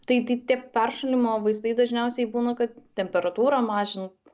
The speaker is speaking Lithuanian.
tai tai tie peršalimo vaistai dažniausiai būna kad temperatūrą mažint